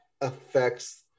affects